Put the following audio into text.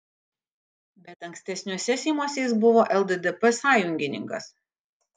bet ankstesniuose seimuose jis buvo lddp sąjungininkas